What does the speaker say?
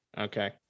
Okay